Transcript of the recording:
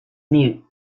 mute